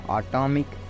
atomic